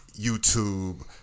YouTube